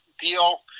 deal